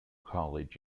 college